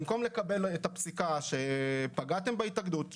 במקום לקבל את הפסיקה שפגעתם בהתאגדות,